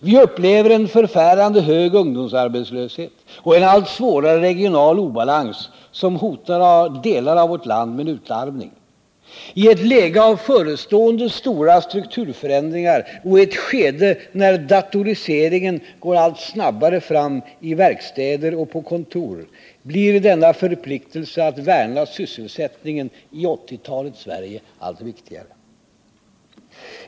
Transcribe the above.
Vi upplever en förfärande hög ungdomsarbetslöshet och en allt svårare regional obalans, som hotar delar av vårt land med utarmning. I ett läge av förestående stora strukturförändringar och i ett skede när datoriseringen går allt snabbare fram i verkstäder och på kontor blir denna förpliktelse att värna sysselsättningen i 1980-talets Sverige allt viktigare.